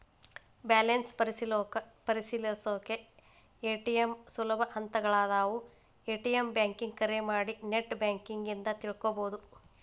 balance ಪರಿಶೇಲಿಸೊಕಾ ಎಂಟ್ ಸುಲಭ ಹಂತಗಳಾದವ ಎ.ಟಿ.ಎಂ ಬ್ಯಾಂಕಿಂಗ್ ಕರೆ ಮಾಡಿ ನೆಟ್ ಬ್ಯಾಂಕಿಂಗ್ ಇಂದ ತಿಳ್ಕೋಬೋದು